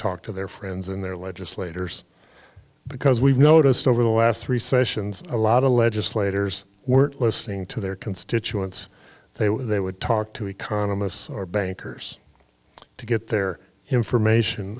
talk to their friends and their legislators because we've noticed over the last three sessions a lot of legislators were listening to their constituents they were they would talk to economists or bankers to get their information